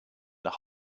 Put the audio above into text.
nach